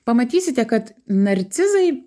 pamatysite kad narcizai